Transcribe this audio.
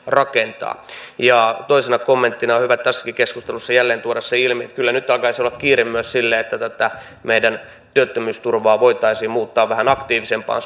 rakentaa toisena kommenttina on hyvä tässäkin keskustelussa jälleen tuoda se ilmi että kyllä nyt alkaisi olla kiire myös sille että tätä meidän työttömyysturvaa voitaisiin muuttaa vähän aktiivisempaan